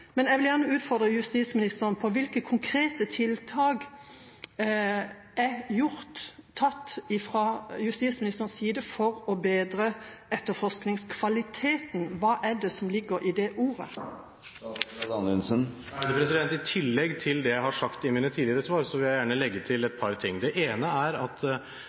Men jeg vil gjerne utfordre justisministeren på hvilke konkrete tiltak som er gjort fra justisministerens side for å bedre etterforskningskvaliteten. Hva er det som ligger i det ordet? I tillegg til det jeg har sagt i mine tidligere svar, vil jeg gjerne legge til et par ting. Det ene er at